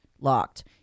locked